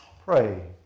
pray